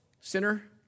sinner